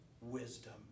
wisdom